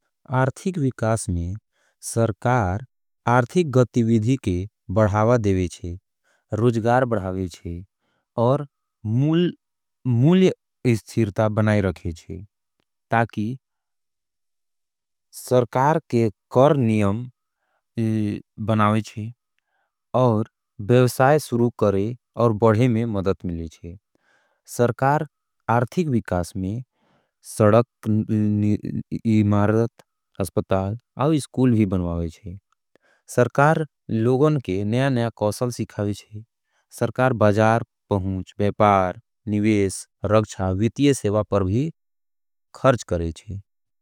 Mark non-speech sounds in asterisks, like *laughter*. आर्थिक विकास में सरकार आर्थिक गतिविधी के बढ़ावा देवेशे, रोजगार बढ़ावेशे और *hesitation* मूल्य इस्ठीरता बनाई रखेशे, ताकि *hesitation* सरकार के कर नियम *hesitation* बनावेशे और बेवसाय सुरू करे और बढ़े में मदद मिलेशे। सरकार आर्थिक विकास में सडक, *hesitation* इमारत, अस्पताल आउई स्कूल भी बनवावेशे। सरकार लोगों के नया नया कौसल सिखावेशे। सरकार बजार, पहुँच, बैपार, निवेश, रख्षा, वित्ये सेवा पर भी खर्च करेचे।